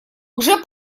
уже